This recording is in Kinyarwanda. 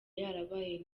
yarabaye